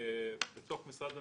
בתוך משרד ממשלתי,